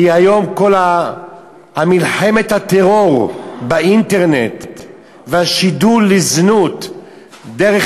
כי היום כל מלחמת הטרור באינטרנט והשידול לזנות דרך